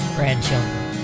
Grandchildren